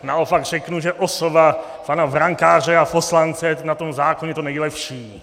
Naopak řeknu, že osoba pana brankáře a poslance je na tom zákoně to nejlepší.